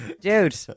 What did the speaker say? Dude